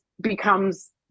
becomes